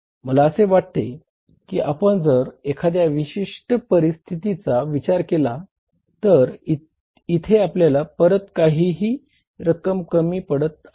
मला असे वाटते कि आपण जर एखादया विशिष्ट परिस्थितीचा विचार केला तर इथे आपल्याला परत काही रक्कम कमी पडत आहे